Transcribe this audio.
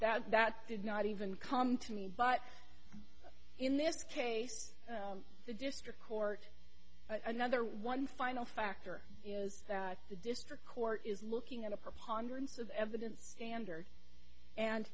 that that did not even come to me but in this case the district court another one final factor is that the district court is looking at a preponderance of evidence dander and